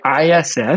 ISS